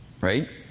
right